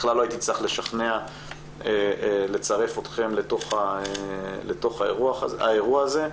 בכלל לא הייתי צריך לשכנע לצרף אתכם לתוך האירוע הזה.